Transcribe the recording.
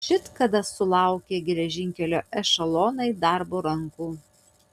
šit kada sulaukė geležinkelio ešelonai darbo rankų